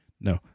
No